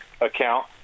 account